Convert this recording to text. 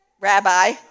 Rabbi